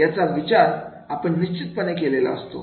याचा विचार आपण निश्चितपणे केलेला असतो